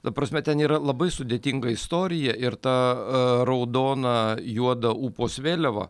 ta prasme ten yra labai sudėtinga istorija ir ta raudona juoda upos vėliava